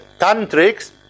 tantrics